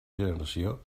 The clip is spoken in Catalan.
generació